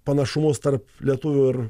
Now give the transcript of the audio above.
panašumus tarp lietuvių ir